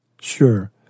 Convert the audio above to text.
Sure